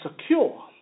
secure